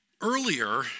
Earlier